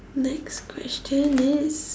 next question is